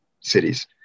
cities